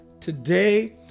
today